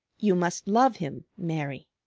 you must love him, mary.